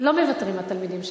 לא מוותרים התלמידים שלנו,